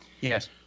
Yes